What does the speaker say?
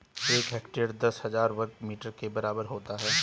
एक हेक्टेयर दस हजार वर्ग मीटर के बराबर होता है